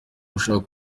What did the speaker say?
ushaka